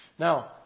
Now